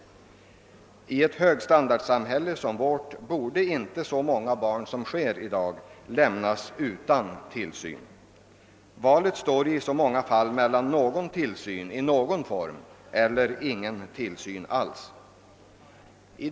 I ett högstandardsamhälle som vårt borde det inte förekomma så ofta som det nu gör att barn lämnas utan tillsyn. Det är en mycket låg livsstandard för de berörda. Valet står i många fall mellan tillsyn i någon form och ingen tillsyn alls.